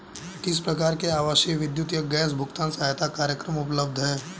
किस प्रकार के आवासीय विद्युत या गैस भुगतान सहायता कार्यक्रम उपलब्ध हैं?